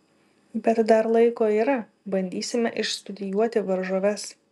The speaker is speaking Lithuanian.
bet dar laiko yra bandysime išstudijuoti varžoves